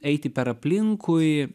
eiti per aplinkui